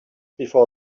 before